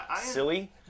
silly